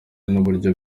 n’uburyo